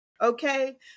okay